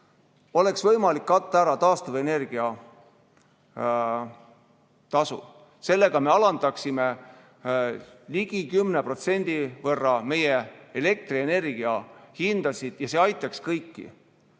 oleks võimalik katta ära taastuvenergia tasu. Sellega me alandaksime ligi 10% võrra elektrienergia hinda ja see aitaks kõiki.